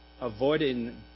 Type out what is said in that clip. Avoiding